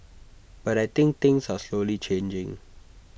but I think things are slowly changing